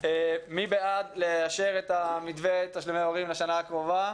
מי בעד לאשר את המתווה של תשלומי הורים לשנה הקרובה?